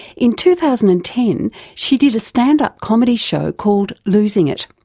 in two thousand and ten she did a stand-up comedy show called losing it.